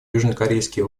южнокорейские